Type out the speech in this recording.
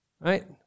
Right